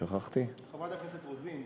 שכחתי, חברת הכנסת רוזין.